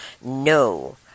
No